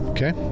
Okay